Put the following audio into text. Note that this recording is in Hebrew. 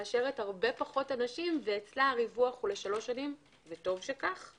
מאשרת הרבה פחות אנשים ואצלה הריווח הוא לשלוש שנים וטוב שכך.